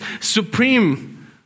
supreme